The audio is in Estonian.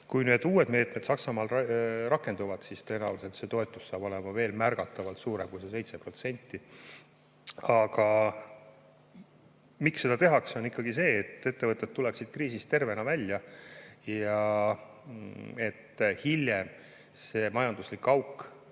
Kui need uued meetmed Saksamaal rakenduvad, siis tõenäoliselt see toetus tuleb veel märgatavalt suurem kui see 7%. Aga põhjus, miks seda tehakse, on ikkagi see, et ettevõtted tuleksid kriisist tervena välja ja et hiljem see majanduslik auk,